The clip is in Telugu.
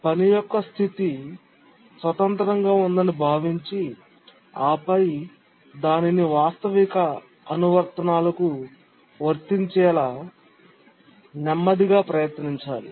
పని యొక్క స్థితి స్వతంత్రంగా ఉందని భావించి ఆపై దానిని వాస్తవిక అనువర్తనాలకు వర్తించేలా నెమ్మదిగా ప్రయత్నించాలి